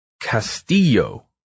Castillo